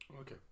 Okay